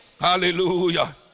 Hallelujah